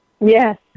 Yes